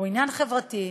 הוא עניין חברתי.